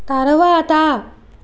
తరువాత